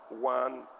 one